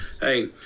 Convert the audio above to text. Hey